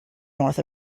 north